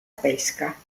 pesca